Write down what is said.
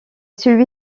celui